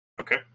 Okay